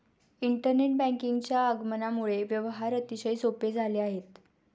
internet बँकिंगच्या आगमनामुळे व्यवहार अतिशय सोपे झाले आहेत